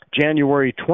january